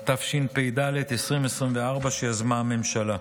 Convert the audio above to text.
(תיקון), התשפ"ד 2024, שיזמה הממשלה.